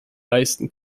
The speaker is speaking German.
leisten